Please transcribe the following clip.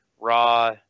raw